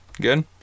Good